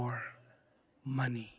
more money